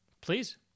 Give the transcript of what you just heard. Please